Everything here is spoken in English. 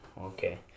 okay